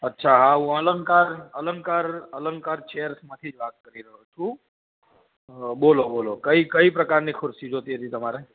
અચ્છા હા હું અલંકાર અલંકાર અંલકાર ચેર્સમાથી જ વાત કરી રહ્યો છું બોલો બોલો કઈ કઈ પ્રકારની ખુરશી જોઈતી હતી તમારે